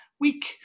week